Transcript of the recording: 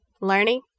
learning